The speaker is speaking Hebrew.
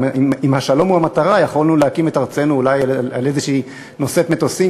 אם השלום הוא המטרה יכולנו להקים את ארצנו אולי על איזו נושאת מטוסים,